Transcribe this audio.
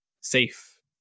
safe